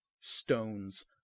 stones